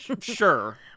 Sure